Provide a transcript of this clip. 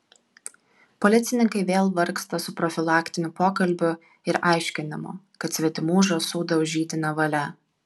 policininkai vėl vargsta su profilaktiniu pokalbiu ir aiškinimu kad svetimų žąsų daužyti nevalia